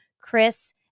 Chris